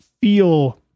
feel